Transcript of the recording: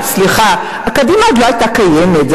ובפסטיבל הקולנוע בירושלים.